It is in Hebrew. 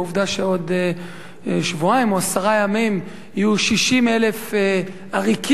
והעובדה שעוד שבועיים או עוד עשרה ימים יהיו 60,000 עריקים,